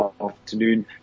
afternoon